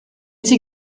sie